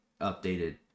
updated